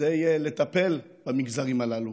כדי לטפל במגזרים הללו,